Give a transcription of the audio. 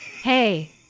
Hey